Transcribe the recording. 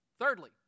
Thirdly